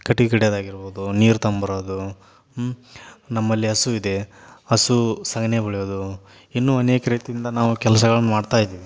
ಕಟ್ಗೆ ಕಡಿಯೋದ್ ಆಗಿರ್ಬೋದು ನೀರು ತಗೊಂಬರದು ಹ್ಞೂ ನಮ್ಮಲ್ಲಿ ಹಸು ಇದೆ ಹಸು ಸಗಣಿ ಬಳಿಯೋದು ಇನ್ನೂ ಅನೇಕ ರೀತಿಯಿಂದ ನಾವು ಕೆಲ್ಸಗಳನ್ನು ಮಾಡ್ತಾಯಿದ್ದೀವಿ